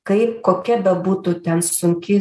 kaip kokia bebūtų ten sunki